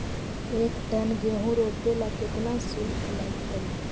एक टन गेहूं रोपेला केतना शुल्क लगतई?